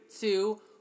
two